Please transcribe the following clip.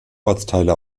ortsteile